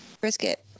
brisket